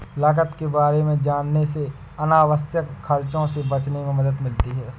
लागत के बारे में जानने से अनावश्यक खर्चों से बचने में मदद मिलती है